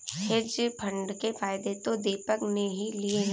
hedge fund के फायदे तो दीपक ने ही लिए है